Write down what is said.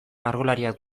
margolariak